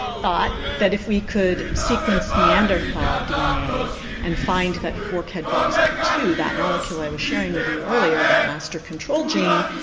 thought that if we could sequence neanderthal dna and find that forkhead box p two, that molecule i was sharing with you earlier, that master control gene,